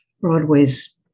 Broadway's